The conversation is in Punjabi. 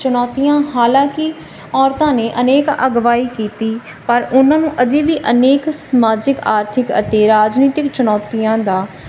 ਚੁਣੌਤੀਆਂ ਹਾਲਾਂਕਿ ਔਰਤਾਂ ਨੇ ਅਨੇਕ ਅਗਵਾਈ ਕੀਤੀ ਪਰ ਉਹਨਾਂ ਨੂੰ ਅਜੇ ਵੀ ਅਨੇਕ ਸਮਾਜਿਕ ਆਰਥਿਕ ਅਤੇ ਰਾਜਨੀਤਿਕ ਚੁਣੌਤੀਆਂ ਦਾ ਸਾਹਮਣਾ ਕਰਨਾ ਪਿਆ